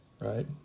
Right